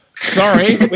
Sorry